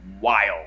wild